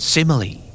Simile